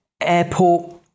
airport